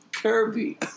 Kirby